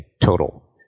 total